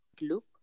Look